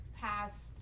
past